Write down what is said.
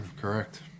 Correct